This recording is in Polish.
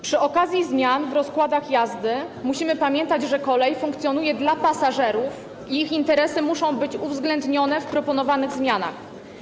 Przy okazji zmian w rozkładach jazdy musimy pamiętać, że kolej funkcjonuje dla pasażerów i ich interesy muszą być uwzględnione w proponowanych zmianach.